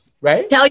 right